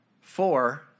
four